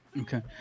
Okay